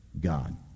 God